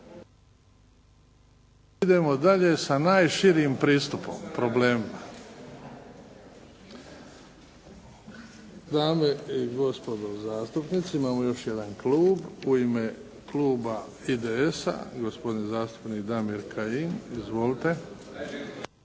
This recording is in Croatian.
Idemo dalje sa najširim pristupom problemima. Dame i gospodo zastupnici, imamo još jedan klub. U ime kluba IDS-a, gospodin zastupnik Damir Kajin. Izvolite.